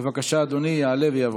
בבקשה, אדוני יעלה ויבוא.